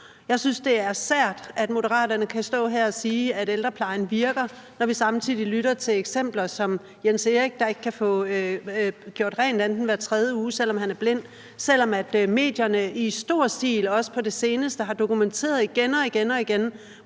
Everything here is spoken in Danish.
Jeg synes, det er sært, at Moderaterne kan stå her og sige, at ældreplejen virker, når vi samtidig lytter til eksempler som det med Jens Erik, der ikke kan få gjort rent andet end hver tredje uge, selv om han er blind, og selv om medierne i stor stil, også på det seneste, har dokumenteret igen og igen,